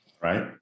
Right